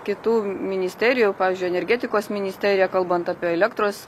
kitų ministerijų pavyzdžiui energetikos ministerija kalbant apie elektros